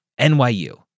NYU